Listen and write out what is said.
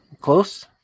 close